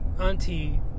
auntie